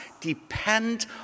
depend